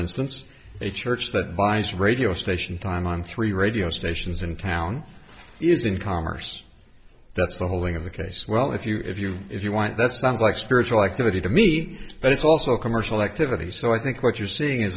instance a church that buys radio station time on three radio stations in town is in commerce that's the holding of the case well if you if you if you want that's sounds like spiritual activity to me but it's also commercial activity so i think what you're seeing is